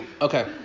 Okay